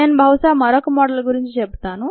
నేను బహుశా మరొక మోడల్ గురించి కూడా చెబుతాను